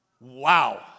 Wow